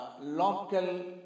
local